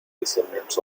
descendants